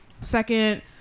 second